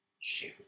shoot